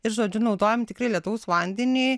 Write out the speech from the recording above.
ir žodžiu naudojam tikrai lietaus vandenį